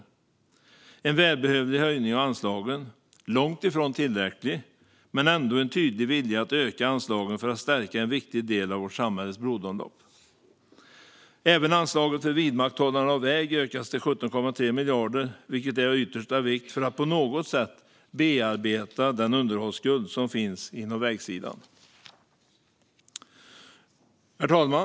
Det är en välbehövlig höjning av anslagen. Den är långt ifrån tillräcklig, men det är ändå en tydlig vilja att öka anslagen för att stärka en viktig del av vårt samhälles blodomlopp. Även anslaget för vidmakthållande av väg ökas, till 17,3 miljarder, vilket är av yttersta vikt för att på något sätt bearbeta den underhållsskuld som finns på vägsidan. Herr talman!